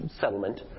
settlement